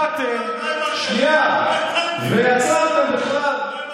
אתם באתם ויצרתם בכלל,